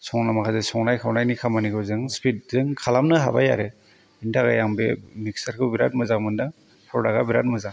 समाव माखासे संनाय खावनायखौ जों स्पिदजों खालामनो हाबाय आरो बेनि थाखाय आं बे मिक्सारखौ बिराद मोजां मोन्दों प्रदाक्टआ बिरात मोजां